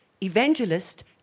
evangelist